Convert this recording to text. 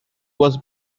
was